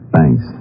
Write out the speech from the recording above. Thanks